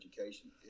education